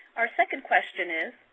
our second question is,